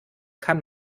kann